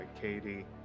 Katie